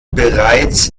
bereits